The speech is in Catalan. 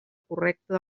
correcta